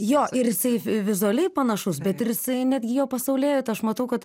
jo ir jisai vizualiai panašus bet ir jisai netgi jo pasaulėjauta aš matau kad